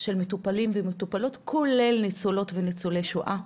של מטופלים ומטופלות, כולל ניצולות וניצולי שואה.